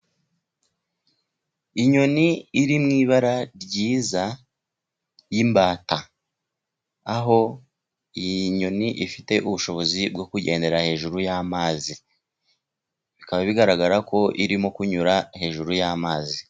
Inyoni iri mu ibara ryiza, y'imbata. Aho iyi nyoni ifite ubushobozi bwo kugendera hejuru y'amazi. Bikaba bigaragara ko irimo kunyura hejuru y'amazi.